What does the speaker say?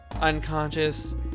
unconscious